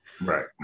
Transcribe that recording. Right